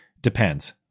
depends